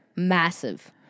Massive